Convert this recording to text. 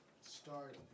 start